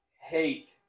Hate